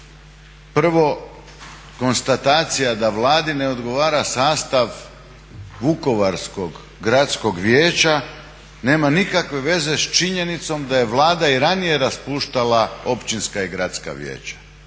Prvo, konstatacija da Vladi ne odgovara sastav Vukovarskog gradskog vijeća nema nikakve veze s činjenicom da je Vlada i ranije raspuštala općinska i gradska vijeća.